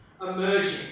emerging